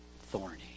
thorny